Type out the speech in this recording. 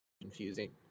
confusing